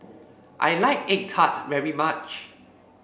I like egg tart very much